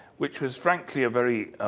which was frankly a very